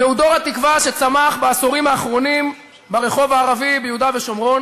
זהו דור התקווה שצמח בעשורים האחרונים ברחוב הערבי ביהודה ושומרון,